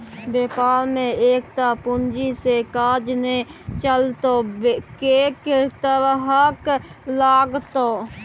बेपार मे एकटा पूंजी सँ काज नै चलतौ कैक तरहक लागतौ